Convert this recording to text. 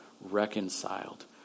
reconciled